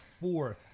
fourth